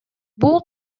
бул